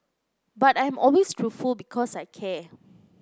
but I am always truthful because I care